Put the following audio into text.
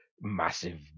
massive